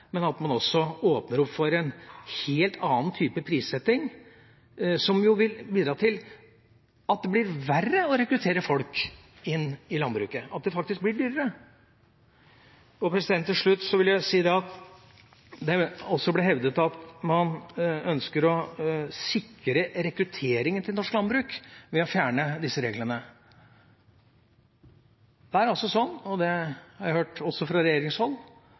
men også åpner for en helt annen type prissetting, som vil bidra til at det blir verre å rekruttere folk inn i landbruket, at det faktisk blir dyrere. Til slutt: Det er også blitt hevdet at man ønsker å sikre rekrutteringen til norsk landbruk ved å fjerne disse reglene. Jeg har hørt, også fra regjeringshold,